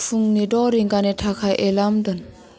फुंनि द' रिंगानि थाखाय एलार्म दोन